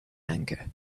anchor